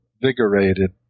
invigorated